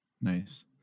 Nice